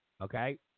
Okay